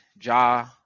Ja